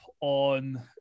on